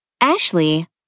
Ashley